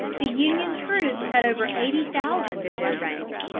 the union troops had over eighty thousand in their ranks,